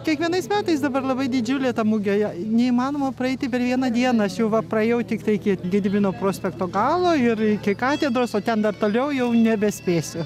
kiekvienais metais dabar labai didžiulė ta mugė neįmanoma praeiti per vieną dieną aš jau va praėjau tiktai iki gedimino prospekto galo ir iki katedros o ten dar toliau jau nebespėsiu